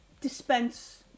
dispense